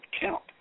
count